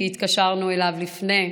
כי התקשרנו אליו לפני כן: